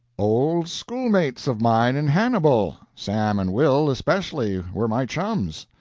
old schoolmates of mine in hannibal. sam and will, especially, were my chums.